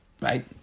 right